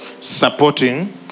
supporting